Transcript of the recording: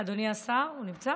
אדוני השר, הוא נמצא?